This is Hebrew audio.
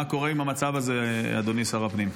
מה קורה עם המצב הזה, אדוני שר הפנים?